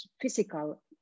physical